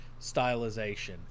stylization